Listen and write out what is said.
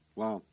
wow